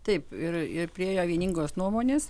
taip ir ir priėjo vieningos nuomonės